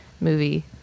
movie